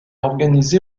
organisé